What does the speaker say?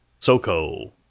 Soco